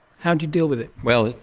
how do you deal with it? well,